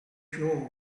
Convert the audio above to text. sure